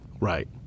Right